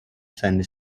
sandy